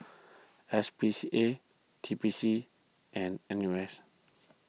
S P C A T P C and N U S